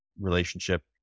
relationship